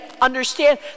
understand